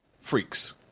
Freaks